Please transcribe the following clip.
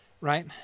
right